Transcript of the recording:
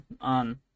on